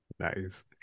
nice